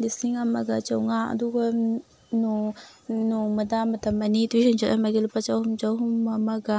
ꯂꯤꯁꯤꯡ ꯑꯃꯒ ꯆꯃꯉꯥ ꯑꯗꯨꯒ ꯅꯣꯡꯃꯗ ꯃꯇꯝ ꯑꯅꯤ ꯇꯨꯏꯁꯟ ꯆꯠꯂꯟꯕꯒꯤ ꯂꯨꯄꯥ ꯆꯍꯨꯝ ꯆꯍꯨꯝ ꯑꯃꯒ